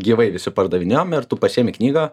gyvai visi pardavinėjom ir tu pasiimi knygą